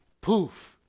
Poof